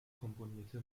komponierte